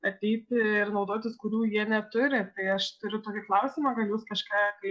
ateiti ir naudotis kurių jie neturi tai aš turiu tokį klausimą gal jūs kažką tai